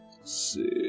see